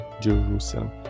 Jerusalem